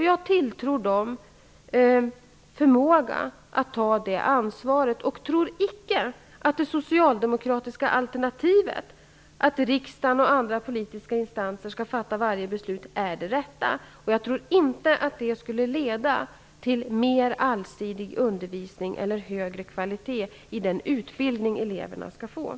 Jag tilltror dem förmågan att ta det ansvaret, och jag tror icke att det socialdemokratiska alternativet, dvs. att riksdagen och andra politiska instanser skall fatta varje beslut, är det rätta. Det skulle inte leda till en mer allsidig undervisning eller högre kvalitet i den utbildning eleverna får.